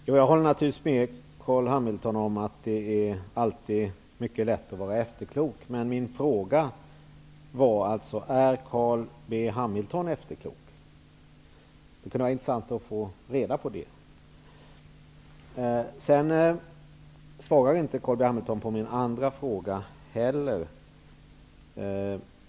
Herr talman! Jag håller naturligtvis med Carl B Hamilton om att det alltid är mycket lätt att vara efterklok. Men min fråga var: Är Carl B Hamilton efterklok? Det kunde vara intressant att få reda på det. Carl B Hamilton svarade inte heller på min andra fråga.